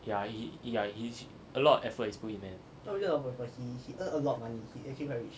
yeah he he yeah he he a lot of effort is put in man